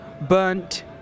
burnt